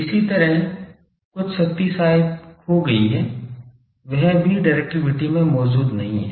इसी तरह कुछ शक्ति शायद यहाँ खो गई है वह भी डिरेक्टिविटी में मौजूद नहीं है